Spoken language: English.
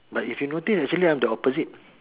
but if you notice actually I am the opposite